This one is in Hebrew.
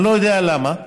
אני לא יודע למה,